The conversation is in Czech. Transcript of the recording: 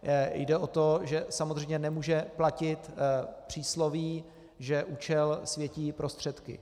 Jde o to, že samozřejmě nemůže platit přísloví, že účel světí prostředky.